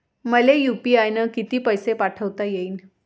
मले यू.पी.आय न किती पैसा पाठवता येईन?